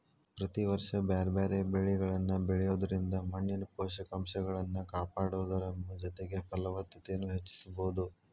ಪ್ರತಿ ವರ್ಷ ಬ್ಯಾರ್ಬ್ಯಾರೇ ಬೇಲಿಗಳನ್ನ ಬೆಳಿಯೋದ್ರಿಂದ ಮಣ್ಣಿನ ಪೋಷಕಂಶಗಳನ್ನ ಕಾಪಾಡೋದರ ಜೊತೆಗೆ ಫಲವತ್ತತೆನು ಹೆಚ್ಚಿಸಬೋದು